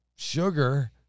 Sugar